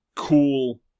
cool